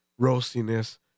roastiness